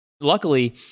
Luckily